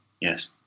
Yes